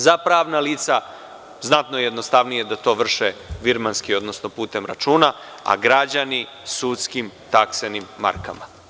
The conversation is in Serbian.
Za pravna lica, znatno jednostavnije je da to vrše virmanski, odnosno preko računa, a građani sudskim taksenim markama.